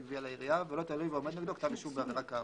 גבייה לעירייה ולא תלוי ועומד נגדו כתב אישום בעבירה כאמור,